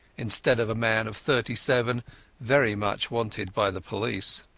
instead of a man of thirty-seven very much wanted by the police.